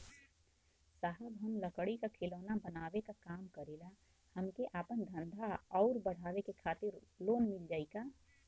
साहब हम लंगड़ी क खिलौना बनावे क काम करी ला हमके आपन धंधा अउर बढ़ावे के खातिर लोन मिल जाई का?